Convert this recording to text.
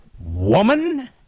Woman